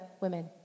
women